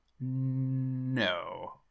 no